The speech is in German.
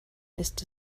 ist